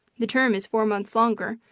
the term is four months longer,